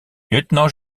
lieutenant